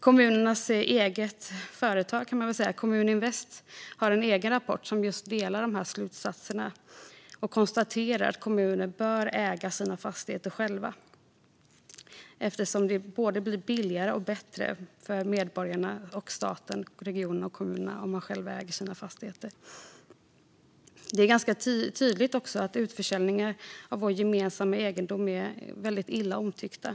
Kommuninvest, kommunernas eget företag kan man säga, har gjort en egen rapport där man delar dessa slutsatser och konstaterar att kommuner bör äga sina fastigheter eftersom det blir både billigare och bättre för medborgarna om staten, regionerna och kommunerna äger sina fastigheter. Det är också ganska tydligt att utförsäljningar av vår gemensamma egendom är väldigt illa omtyckta.